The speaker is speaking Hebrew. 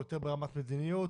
יותר ברמת מדיניות